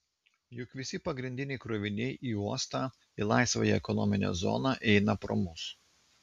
juk visi pagrindiniai kroviniai į uostą į laisvąją ekonominę zoną eina pro mus